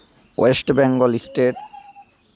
West Bengal state